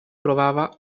provava